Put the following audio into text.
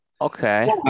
Okay